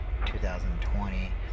2020